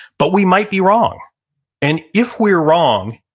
but we might be wrong and if we're wrong,